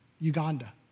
Uganda